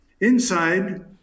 inside